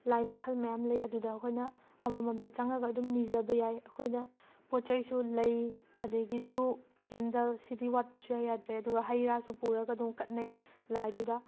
ꯂꯥꯏ ꯃꯈꯜ ꯃꯌꯥꯝ ꯂꯩ ꯑꯗꯨꯗ ꯑꯩꯈꯣꯏꯅ ꯑꯃꯃꯝꯇ ꯆꯪꯉꯒ ꯑꯗꯨꯝ ꯅꯤꯖꯕ ꯌꯥꯏ ꯑꯩꯈꯣꯏꯅ ꯄꯣꯠꯆꯩꯁꯨ ꯂꯩ ꯑꯗꯒꯤ ꯗꯨꯛ ꯀꯦꯟꯗꯜ ꯁꯤꯗꯤ ꯋꯥꯠꯄ ꯁꯨꯛꯌꯥ ꯌꯥꯗ꯭ꯔꯦ ꯑꯗꯨꯒ ꯍꯩ ꯔꯥꯁꯨ ꯑꯗꯨꯝ ꯄꯨꯔꯒ ꯑꯗꯨꯝ ꯀꯠꯅꯩ ꯂꯥꯏꯗꯨꯗ